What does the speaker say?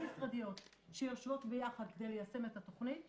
משרדיות שיושבות ביחד כדי ליישם את התכנית,